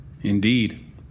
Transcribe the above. Indeed